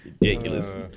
ridiculous